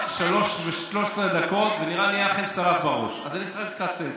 לכם סלט בראש, אז אני אעשה לכם קצת סדר.